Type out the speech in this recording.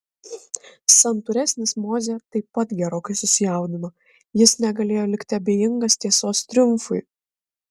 santūresnis mozė taip pat gerokai susijaudino jis negalėjo likti abejingas tiesos triumfui